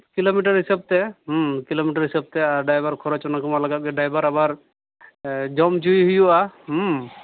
kilometre ᱦᱤᱥᱟᱹᱵᱛᱮ kilometre ᱦᱤᱥᱟᱹᱵᱛᱮ ᱟᱨ ᱰᱟᱭᱵᱟᱨ ᱠᱷᱚᱨᱚᱪ ᱚᱱᱟ ᱠᱚᱢᱟ ᱞᱟᱜᱟᱜ ᱜᱮ ᱰᱟᱭᱵᱷᱟᱨ ᱟᱵᱟᱨ ᱡᱚᱢ ᱦᱚᱪᱚᱭᱮ ᱦᱩᱭᱩᱜᱼᱟ